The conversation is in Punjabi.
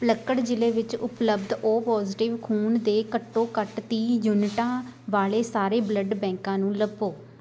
ਪਲੱਕੜ ਜ਼ਿਲ੍ਹੇ ਵਿੱਚ ਉਪਲਬਧ ਓ ਪੋਜ਼ੀਟਿਵ ਖੂਨ ਦੇ ਘੱਟੋ ਘੱਟ ਤੀਹ ਯੂਨਿਟਾਂ ਵਾਲੇ ਸਾਰੇ ਬਲੱਡ ਬੈਂਕਾਂ ਨੂੰ ਲੱਭੋ